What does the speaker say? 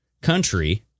country